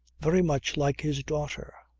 very much like his daughter.